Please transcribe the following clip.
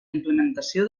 implementació